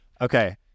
Okay